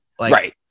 Right